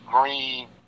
green